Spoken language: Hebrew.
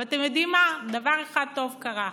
אבל אתם יודעים מה, דבר אחד טוב קרה: